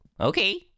okay